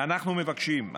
אנחנו מבקשים,